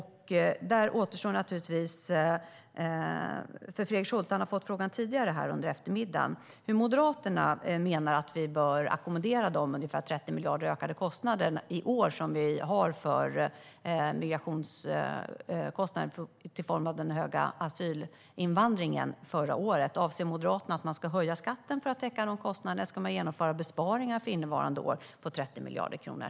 Han har fått frågan tidigare under eftermiddagen om hur Moderaterna menar att vi bör ackommodera de ökade migrationskostnaderna med ungefär 30 miljarder, som kostnaderna är i år till följd av den höga asylinvandringen förra året. Anser Moderaterna att man ska höja skatten för att täcka de kostnaderna, eller ska man genomföra besparingar för innevarande år på 30 miljarder kronor?